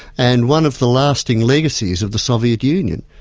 and one of the lasting legacies of the soviet union,